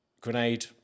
Grenade